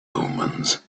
omens